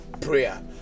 Prayer